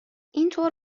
اینطور